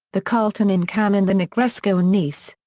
the carlton in cannes and the negresco in nice.